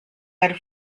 had